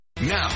Now